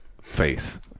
face